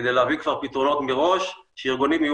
כדי להביא כבר פתרונות מראש שארגונים יהיו